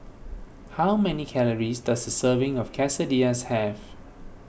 how many calories does a serving of Quesadillas have